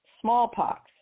smallpox